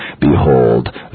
Behold